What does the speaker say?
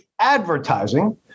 advertising